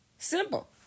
Simple